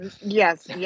Yes